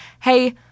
hey